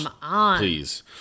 please